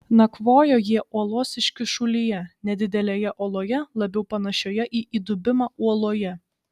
nakvojo jie uolos iškyšulyje nedidelėje oloje labiau panašioje į įdubimą uoloje